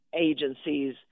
agencies